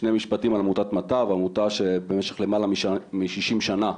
שני משפטים על עמותת מטב, עמותה שלמעלה מ-60 שנה,